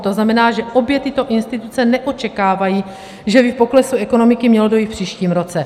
To znamená, že obě tyto instituce neočekávají, že by k poklesu ekonomiky mělo dojít v příštím roce.